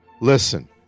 Listen